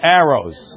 arrows